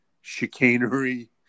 chicanery